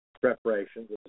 preparations